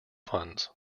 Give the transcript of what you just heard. funds